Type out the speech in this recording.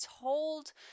told